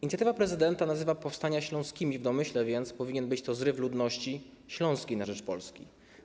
Inicjatywa prezydenta nazywa powstania śląskimi, w domyśle więc powinien być to zryw ludności śląskiej na rzecz Polski.